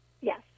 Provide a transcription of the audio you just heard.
Yes